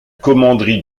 commanderie